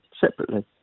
separately